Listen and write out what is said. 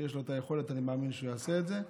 כשיש לו היכולת, אני מאמין שהוא יעשה את זה.